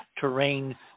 terrain